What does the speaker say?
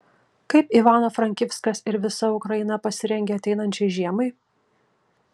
kaip ivano frankivskas ir visa ukraina pasirengė ateinančiai žiemai